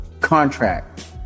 contract